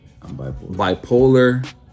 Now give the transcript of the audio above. bipolar